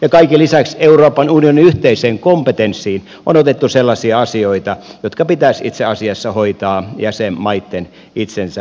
ja kaiken lisäksi euroopan unionin yhteiseen kompetenssiin on otettu sellaisia asioita jotka pitäisi itse asiassa hoitaa jäsenmaitten itsensä toimesta